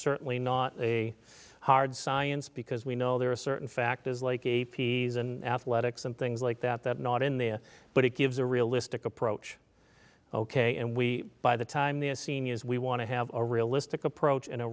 certainly not a hard science because we know there are certain factors like a p s and athletics and things like that that not in there but it gives a realistic approach ok and we by the time the seniors we want to have a realistic approach and a